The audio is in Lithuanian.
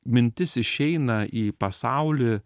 mintis išeina į pasaulį